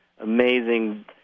amazing